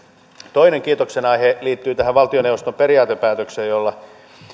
toinen kiitoksen aihe liittyy tähän valtioneuvoston periaatepäätökseen